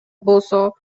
болсо